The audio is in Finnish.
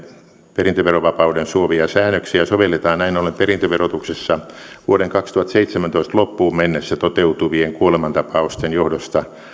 perintöverovapauden suovia säännöksiä sovelletaan näin ollen perintöverotuksessa vuoden kaksituhattaseitsemäntoista loppuun mennessä toteutuvien kuolemantapausten johdosta